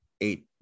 eight